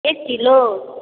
एक किलो